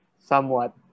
somewhat